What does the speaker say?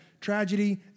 tragedy